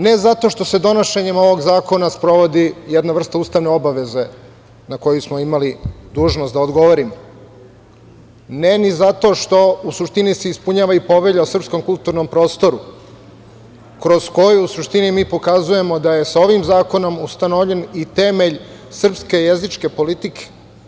Ne zato što se donošenjem ovog zakona sprovodi jedna vrsta ustavne obaveze na koju smo imali dužnost da odgovorimo, ne ni zato što u suštini se ispunjava i povelja o srpskom kulturnom prostoru kroz koju u suštini mi pokazujemo da je sa ovim zakonom ustanovljen i temelj srpske jezičke politike.